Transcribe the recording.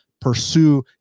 pursue